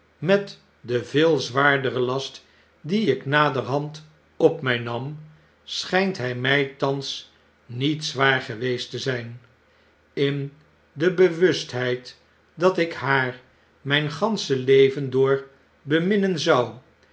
met den veel zwaarderen last dien ik naderhand op mij nam schynt hy mij thans niet zwaar geweest te zyn in de bewustheid dat ik haar myn gansche leven door beminnen zou